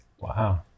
Wow